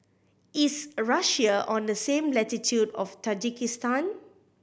is Russia on the same latitude of Tajikistan